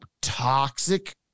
toxic